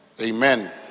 Amen